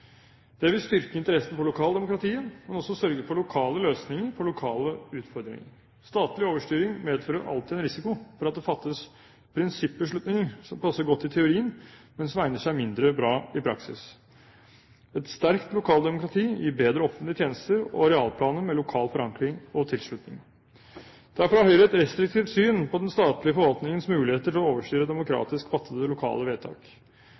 Det vil styrke interessen for lokaldemokratiet, men også sørge for lokale løsninger på lokale utfordringer. Statlig overstyring medfører alltid en risiko for at det fattes prinsippbeslutninger som passer godt i teorien, men som egner seg mindre bra i praksis. Et sterkt lokaldemokrati gir bedre offentlige tjenester og arealplaner med lokal forankring og tilslutning. Derfor har Høyre et restriktivt syn på den statlige forvaltningens muligheter til å overstyre demokratisk fattede lokale vedtak.